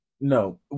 No